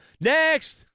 Next